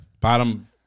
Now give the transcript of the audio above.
Bottom